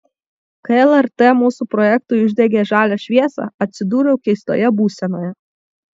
kai lrt mūsų projektui uždegė žalią šviesą atsidūriau keistoje būsenoje